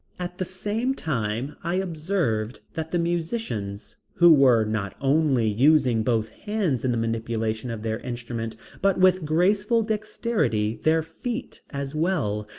at the same time i observed that the musicians, who were not only using both hands in the manipulation of their instruments but with graceful dexterity their feet as well,